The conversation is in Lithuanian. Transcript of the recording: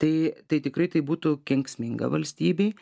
tai tai tikrai tai būtų kenksminga valstybei